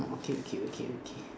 okay okay okay okay